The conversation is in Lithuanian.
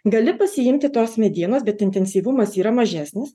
gali pasiimti tos medienos bet intensyvumas yra mažesnis